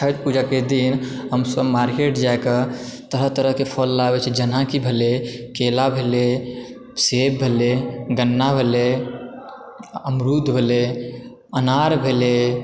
छठि पूजा के दिन हमसभ मार्केट जा कऽ तरह तरहके फल लाबै छी जेनाकि भेलै केला भेलै सेब भेलै गन्ना भेलै अमरूद भेलै अनार भेलै